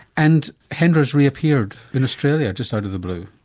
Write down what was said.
and hendra has reappeared in australia just out of the blue.